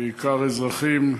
בעיקר אזרחים.